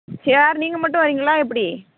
யார் நீங்கள் மட்டும் வர்றீங்களா எப்படி